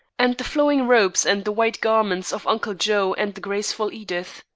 and the flowing robes and the white garments of uncle joe and the graceful edith.